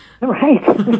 Right